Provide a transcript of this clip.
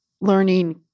learning